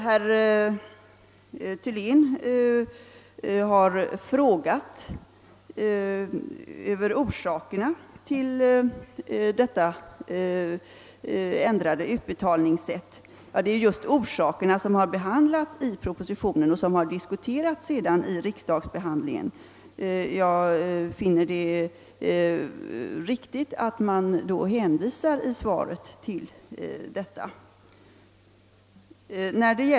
Herr Thylén har frågat om orsakerna till ändringen av utbetalningssättet. Det är just orsakerna härtill som behandlades i propositionen och diskuterades vid riksdagsbehandlingen av frågan. Jag finner det då riktigt att i svaret hänvisa härtill.